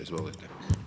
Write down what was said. Izvolite.